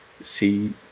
see